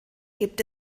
gibt